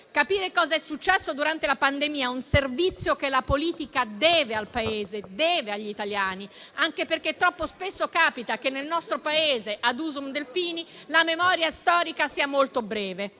Capire cosa è successo durante la pandemia è un servizio che la politica deve al Paese, deve agli italiani, anche perché troppo spesso capita che nel nostro Paese, *ad usum Delphini*, la memoria storica sia molto breve.